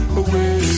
away